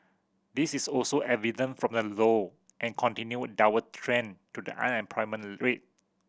this is also evident from the low and continued downward trend to the unemployment rate